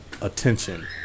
attention